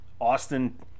austin